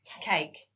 Cake